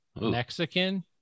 mexican